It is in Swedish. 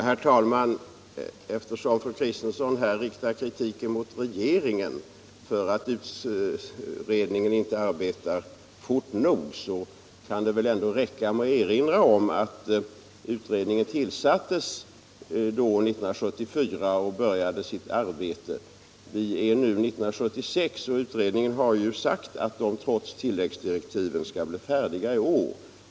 Herr talman! När fru Kristensson här riktar kritik mot regeringen för att utredningen inte arbetar fort nog, så kan det väl räcka med att erinra om att utredningen tillsattes 1974 och började sitt arbete då. Vi har nu kommit till 1976, och utredarna har ju sagt att de trots tilläggsdirektiven skall bli färdiga i år.